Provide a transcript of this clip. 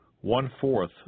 one-fourth